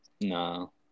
no